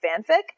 fanfic